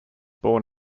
born